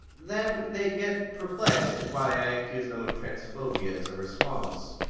then they get perplexed at why i accuse them of transphobia as a response.